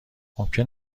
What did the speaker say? ممکن